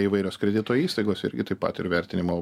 įvairios kredito įstaigos irgi taip pat ir vertinimo